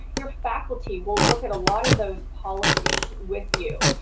your faculty will look at a lot of those policies with you.